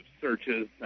searches